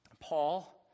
Paul